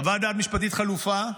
חוות דעת משפטית כחלופה.